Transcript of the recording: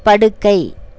படுக்கை